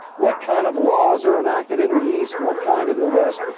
what kind of laws are enacted in the east, what kind in the west.